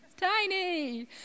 tiny